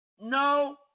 No